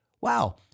wow